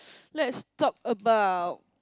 let's talk about